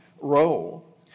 role